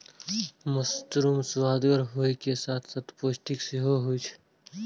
mushroom सुअदगर होइ के साथ साथ पौष्टिक सेहो होइ छै